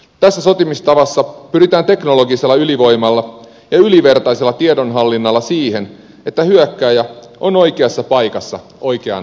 tässä sotimistavassa pyritään teknologisella ylivoimalla ja ylivertaisella tiedonhallinnalla siihen että hyökkääjä on oikeassa paikassa oikeaan aikaan